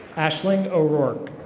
ashley o'rorke.